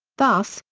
thus,